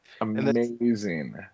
Amazing